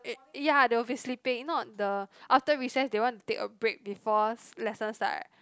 eh ya they will be sleeping not the after recess they want to take a break before lessons start